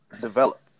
develop